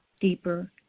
deeper